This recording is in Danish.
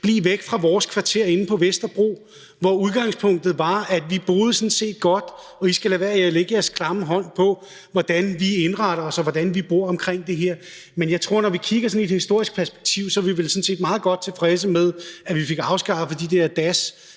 »Bli' væk fra vort kvarter« om Vesterbro, hvor udgangspunktet var, at de sådan set boede godt, og at andre skulle lade være med at lægge deres klamme hånd på, hvordan de indrettede sig, og hvordan de boede. Men jeg tror, at når vi sådan kigger i et historisk perspektiv, er vi vel sådan set meget godt tilfredse med, at vi fik afskaffet de der das